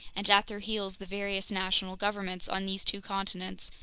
and at their heels the various national governments on these two continents,